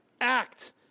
Act